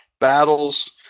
battles